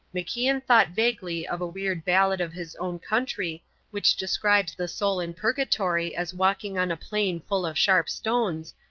macian thought vaguely of a weird ballad of his own country which describes the soul in purgatory as walking on a plain full of sharp stones,